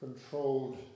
controlled